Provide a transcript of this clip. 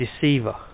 deceiver